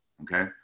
Okay